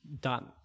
done